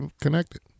connected